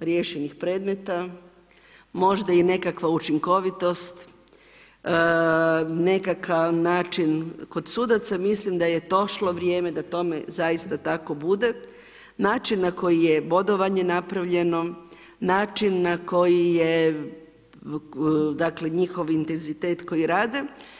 riješenih predmeta, možda i nekakva učinkovitost, nekakav način kod sudaca, mislim da je došlo vrijeme da tome zaista tako bude, način na koji je bodovanje napravljeno, način na koji je dakle njihov intenzitet koji rade.